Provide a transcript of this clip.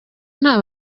nta